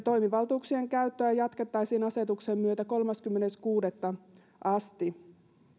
toimivaltuuksien käyttöä jatkettaisiin asetuksen myötä kolmaskymmenes kuudetta asti